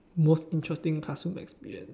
most interesting classroom experience